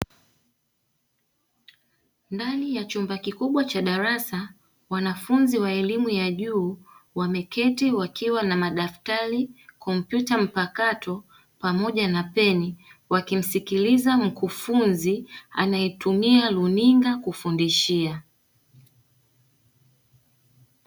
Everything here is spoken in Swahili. Ndani ya chumba kikubwa cha darasa wanafunzi wa elimu ya juu wameketi wakiwa na madaftari, kompyuta mpakato pamoja na peni. Wakimsikiliza mkufunzi anayetumia runinga kuwafundishia.